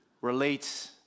relates